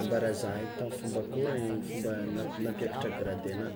ambara zah edy tamy fomba akory fomba nampi- nampiakatra grady ana.